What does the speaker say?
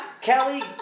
Kelly